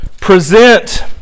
present